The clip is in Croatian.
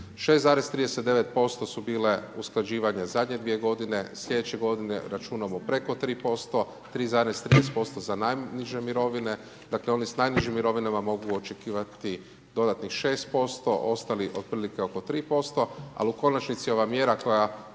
6,39% su bile usklađivanje zadnje 2 g. sljedeće g. računamo preko 3%, 3,13% za najniže mirovine, dakle, oni s najnižim mirovinama mogu očekivati dodatnih 6%, ostalih otprilike oko 3%, ali u konačnici ova mjera koja